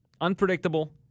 unpredictable